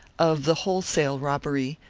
of the wholesale robbery,